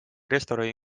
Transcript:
restorani